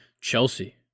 Chelsea